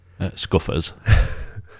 Scuffers